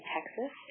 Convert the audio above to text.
Texas